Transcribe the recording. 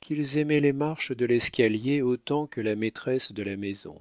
qu'ils aimaient les marches de l'escalier autant que la maîtresse de la maison